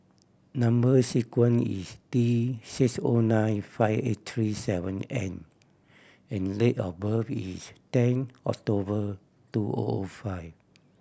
number sequence is T six O nine five eight three seven N and date of birth is ten October two O O five